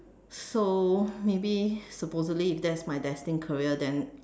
so maybe supposedly if that's my destined career then